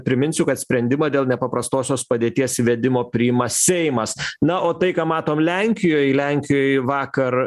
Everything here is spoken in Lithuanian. priminsiu kad sprendimą dėl nepaprastosios padėties įvedimo priima seimas na o tai ką matom lenkijoj lenkijoj vakar